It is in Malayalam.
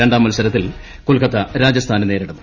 രണ്ടാം മത്സരത്തിൽ കൊൽക്കത്ത രാജസ്ഥാനെ നേരിടും